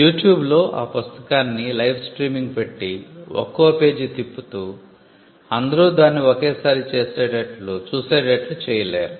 యూట్యూబ్లో ఈ పుస్తకాన్ని లైవ్ స్ట్రీమింగ్ పెట్టి ఒక్కో పేజి తిప్పుతూ అందరూ దాన్ని ఒకే సారి చూసేటట్లు చేయలేరు